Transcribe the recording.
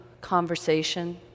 conversation